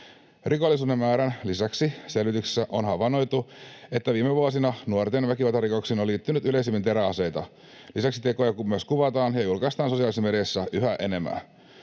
Rikollisuuden määrän lisäksi selvityksessä on havainnoitu, että viime vuosina nuorten väkivaltarikoksiin on liittynyt yleisemmin teräaseita. Lisäksi tekoja myös kuvataan ja julkaistaan sosiaalisessa mediassa yhä enemmän.